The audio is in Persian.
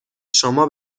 شما